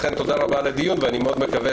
לכן תודה רבה על הדיון ואני מקווה